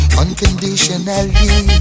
unconditionally